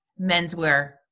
menswear